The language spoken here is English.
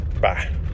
Bye